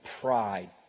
pride